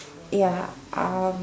ya um